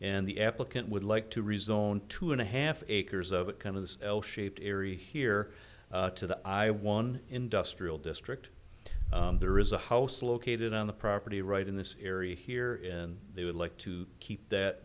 and the applicant would like to rezone two and a half acres of it kind of the l shaped area here to the i one industrial district there is a house located on the property right in this area here and they would like to keep that